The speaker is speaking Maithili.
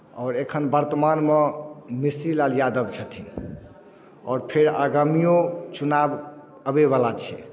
आओर एखन वर्तमाममे मिश्रीलाल यादव छथिन आओर फेर आगामीओ चुनाव अबैवला छै